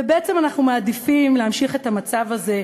ובעצם אנחנו מעדיפים להמשיך את המצב הזה,